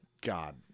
God